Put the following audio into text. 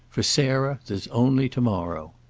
for sarah there's only to-morrow.